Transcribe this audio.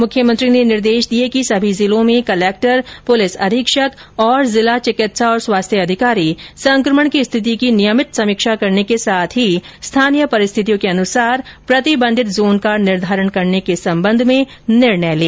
मुख्यमंत्री ने निर्देश दिए कि समी जिलों में कलेक्टर पुलिस अधीक्षक और जिला चिकित्सा और स्वास्थ्य अधिकारी संक्रमण की स्थिति की नियमित समीक्षा करने के साथ ही स्थानीय परिस्थितियों के अनुसार प्रतिबंधित जोन का निर्धारण करने के सम्बन्ध में निर्णय लें